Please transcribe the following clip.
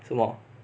什么